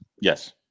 Yes